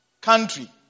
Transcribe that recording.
country